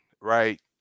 Right